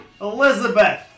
Elizabeth